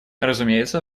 разумеется